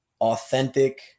authentic